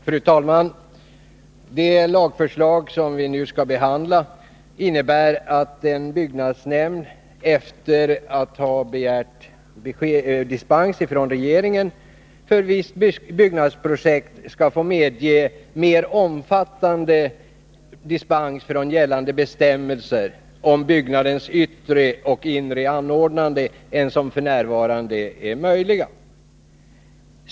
Fru talman! Det lagförslag som vi nu skall behandla innebär att en byggnadsnämnd efter att ha begärt dispens från regeringen för visst byggnadsprojekt skall få medge mer omfattande dispenser från gällande bestämmelser om byggnadens yttre och inre anordnande än som f. n. är möjliga.